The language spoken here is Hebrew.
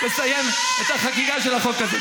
לסיים את החקיקה של החוק הזה.